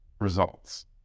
results